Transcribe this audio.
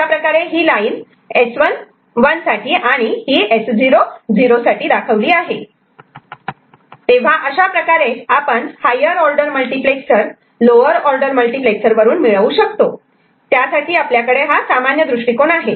अशाप्रकारे ही line output साठी S1 1 आणि S0 0 तेव्हा अशा प्रकारे आपण higher order multiplexer lower order multiplexer वरून मिळवू शकतो त्यासाठी आपल्याकडे सामान्य दृष्टिकोन आहे